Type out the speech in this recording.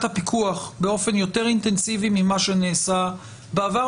הפיקוח באופן יותר אינטנסיבי ממה שנעשה בעבר,